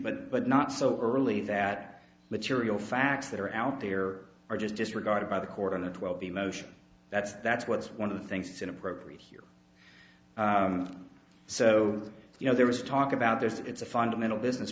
but but not so early that material facts that are out there are just disregarded by the court and the twelve emotion that's that's what's one of the things inappropriate here so you know there was talk about this it's a fundamental business